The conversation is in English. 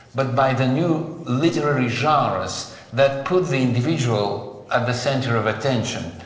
but by the new literary genres that put the individual at the centre of attention.